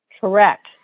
Correct